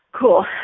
Cool